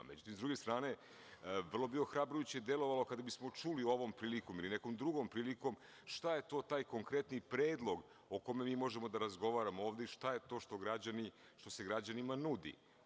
S druge strane, vrlo bi ohrabrujuće delovalo kada bismo čuli ovom prilikom ili nekom drugom prilikom šta je to taj konkretni predlog o kome možemo da razgovaramo ovde i šta je to što se građanima nudi.